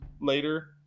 later